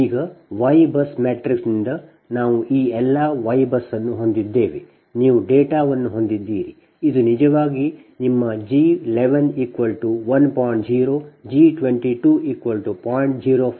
ಈಗ Y BUS ಮ್ಯಾಟ್ರಿಕ್ಸ್ನಿಂದ ನಾವು ಈ ಎಲ್ಲ Y BUS ಅನ್ನು ಹೊಂದಿದ್ದೇವೆ ನೀವು ಡೇಟಾವನ್ನು ಹೊಂದಿದ್ದೀರಿ